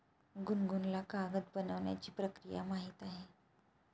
गुनगुनला कागद बनवण्याची प्रक्रिया माहीत आहे